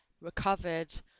recovered